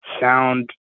sound